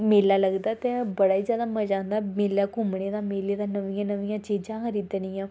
मेला लगदा ते बड़ा ई जादा मज़ा आंदा मेलै घूमने दा मेले दा नमियां नमियां चीजां खरीदनियां